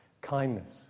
kindness